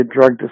drug